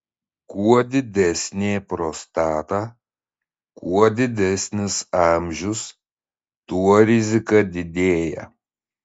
kuo didesnė prostata kuo didesnis amžius tuo rizika didėja